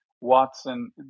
watson